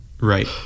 right